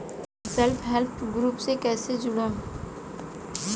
Self help group से कइसे जुड़म?